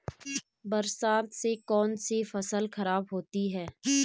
बरसात से कौन सी फसल खराब होती है?